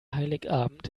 heiligabend